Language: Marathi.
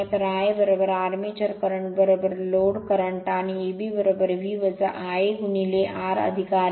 तर I a armature current load current आणि Eb V Ia R ra